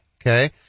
Okay